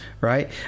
right